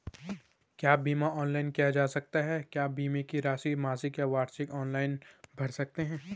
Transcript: क्या बीमा ऑनलाइन किया जा सकता है क्या बीमे की राशि मासिक या वार्षिक ऑनलाइन भर सकते हैं?